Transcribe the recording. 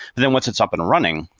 then once it's up and running,